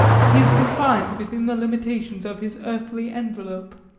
he is confined within the limitations of his earthly envelope.